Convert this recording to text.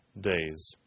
days